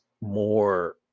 more